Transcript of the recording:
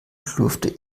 schlurfte